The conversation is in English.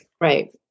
Right